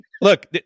Look